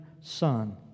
son